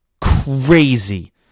Crazy